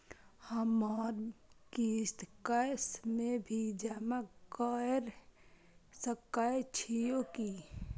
हमर किस्त कैश में भी जमा कैर सकै छीयै की?